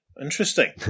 interesting